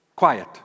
quiet